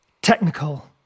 Technical